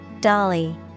Dolly